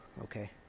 okay